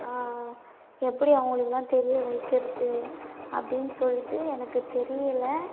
எப்படி அவங்களுக்கெல்லாம் தெரிய வைக்கிறது அப்படின்னு சொல்லிட்டு எனக்கு தெரியலை